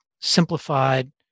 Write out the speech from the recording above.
simplified